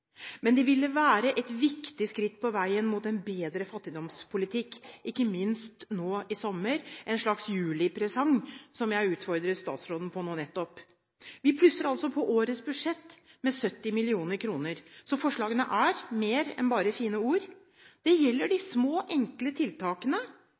men de ville være et viktig skritt på veien mot en bedre fattigdomspolitikk. Ikke minst nå i sommer ville de være en slags juli-presang, som jeg utfordret statsråden på nå nettopp. Vi plusser altså på årets budsjett med 70 mill. kr, så forslagene er mer enn bare fine ord. Det gjelder